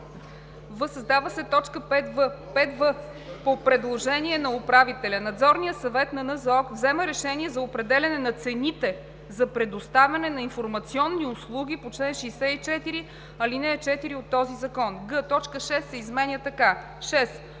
създава т. 5в: „5в. по предложение на управителя Надзорният съвет на НЗОК взема решение за определяне на цените за предоставяне на информационни услуги по чл. 64, ал. 4 от този закон;“. г) точка 6 се изменя така: